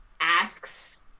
asks